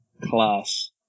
Class